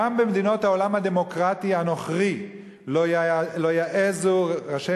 גם במדינות העולם הדמוקרטי הנוכרי לא יעזו ראשי